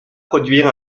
produire